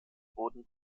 wurden